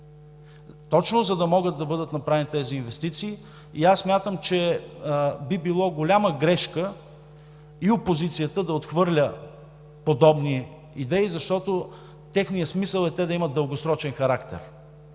точно за да могат да бъдат направени тези инвестиции. Аз смятам, че би било голяма грешка и опозицията да отхвърля подобни идеи, защото техният смисъл е те да имат дългосрочен характер.